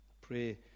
Pray